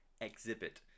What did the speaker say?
exhibit